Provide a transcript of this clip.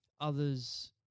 others